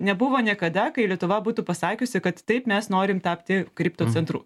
nebuvo niekada kai lietuva būtų pasakiusi kad taip mes norim tapti kripto centru